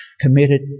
committed